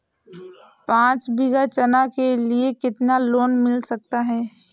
पाँच बीघा चना के लिए कितना लोन मिल सकता है?